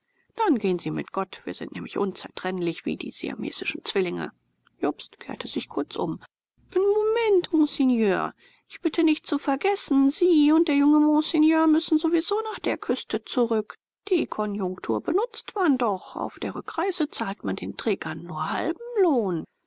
dann gehen sie mit gott wir sind nämlich unzertrennlich wie die siamesischen zwillinge jobst kehrte sich kurz um un moment monsieur ich bitte nicht zu vergessen sie und der junge monsieur müssen sowieso nach der küste zurück die konjunktur benutzt man doch auf der rückreise zahlt man den trägern nur halben lohn